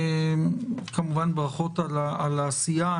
כמובן, ברכות על העשייה.